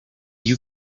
you